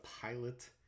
pilot